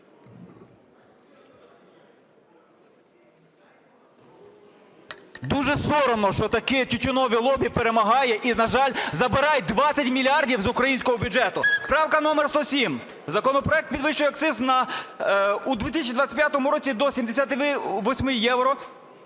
Дуже соромно, що таке тютюнове лобі перемагає і, на жаль, забирає 20 мільярдів з українського бюджету. Правка номер 307. Законопроект підвищує акциз у 2025 році до 78 євро